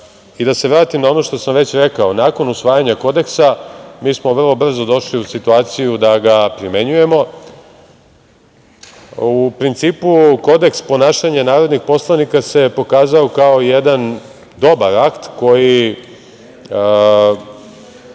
se vratim na ono što sam već rekao, nakon usvajanja Kodeksa, mi smo vrlo brzo došli u situaciju da ga primenjujemo. U principu, Kodeks ponašanja narodnih poslanika se pokazao kao jedan dobar akt koji